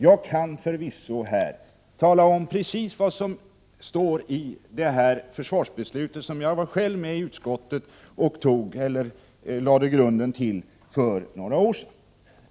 Jag kan förvisso tala om precis vad som står i detta försvarsbeslut, som jag själv i utskottet var med och lade grunden till för några år sedan.